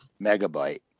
Megabyte